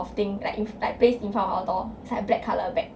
of thing like in fr~ like placed in front of our door is like black colour bag